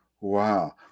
Wow